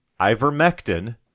Ivermectin